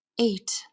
Eight